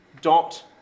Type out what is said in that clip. Dot